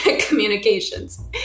communications